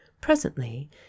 Presently